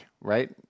Right